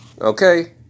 Okay